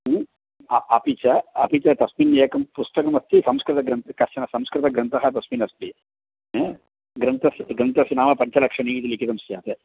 अपि च अपि च तस्मिन् एकं पुस्तकमस्ति संस्कृतग्रन्थः कश्चन संस्कृतग्रन्थः तस्मिन् अस्ति ग्रन्थस्य ग्रन्थस्य नाम पञ्चलक्षणी इति लिखितं स्यात्